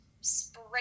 spray